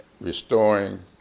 restoring